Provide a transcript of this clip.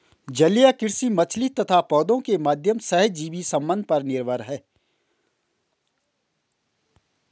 जलीय कृषि मछली तथा पौधों के माध्यम सहजीवी संबंध पर निर्भर है